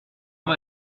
mal